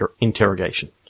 interrogation